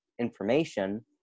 information